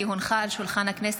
כי הונחה על שולחן הכנסת,